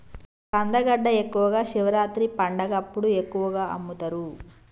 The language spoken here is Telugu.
కందగడ్డ ఎక్కువగా శివరాత్రి పండగప్పుడు ఎక్కువగా అమ్ముతరు